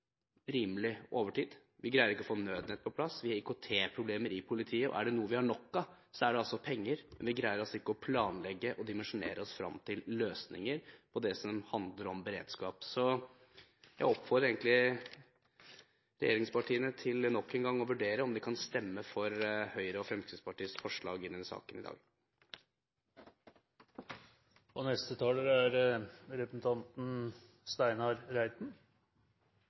vi har IKT-problemer i politiet. Er det noe vi har nok av, er det penger, men vi greier altså ikke å planlegge og dimensjonere oss frem til løsninger på det som handler om beredskap. Så jeg oppfordrer regjeringspartiene til nok en gang å vurdere om de kan stemme for Høyre og Fremskrittspartiets forslag i denne saken i dag. Beredskapen i Norge har den siste tiden blitt satt på ulike prøver. Redningstjenesten vår består av et samvirke mellom offentlige etater, frivillige hjelpeorganisasjoner og